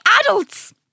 adults